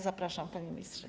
Zapraszam, panie ministrze.